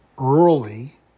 early